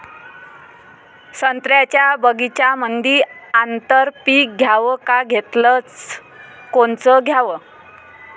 संत्र्याच्या बगीच्यामंदी आंतर पीक घ्याव का घेतलं च कोनचं घ्याव?